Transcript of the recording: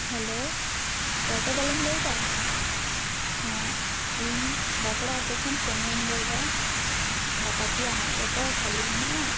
hello ᱴᱚᱴᱚᱵᱟᱞᱟᱢ ᱞᱟᱹᱭᱮᱫᱟ ᱦᱮᱸ ᱤᱧ ᱵᱟᱥᱲᱟ ᱟᱛᱳ ᱠᱷᱚᱱ ᱥᱚᱱᱤᱭᱟᱧ ᱞᱟᱹᱭᱫᱟ ᱜᱟᱯᱟ ᱠᱤ ᱟᱢᱟᱜ ᱴᱳᱴᱳ ᱠᱷᱟᱹᱞᱤ ᱢᱮᱱᱟᱜᱼᱟ